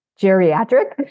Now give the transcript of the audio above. geriatric